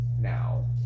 now